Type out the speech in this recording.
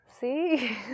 See